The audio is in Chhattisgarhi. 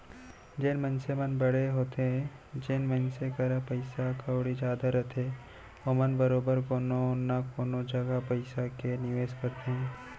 जेन मनसे मन बड़े होथे जेन मनसे करा पइसा कउड़ी जादा रथे ओमन बरोबर कोनो न कोनो जघा पइसा के निवेस करथे